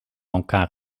elkaar